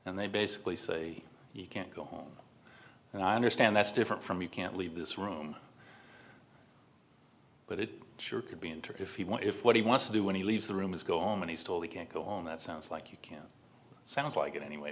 and they basically say you can't go home and i understand that's different from you can't leave this room but it sure could be interactive if what he wants to do when he leaves the room is go on and he's told he can't go on that sounds like you can sounds like it anyway